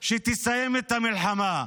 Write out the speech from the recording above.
שתסיים את המלחמה.